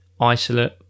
isolate